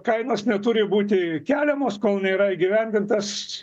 kainos neturi būti keliamos kol nėra įgyvendintas